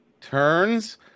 turns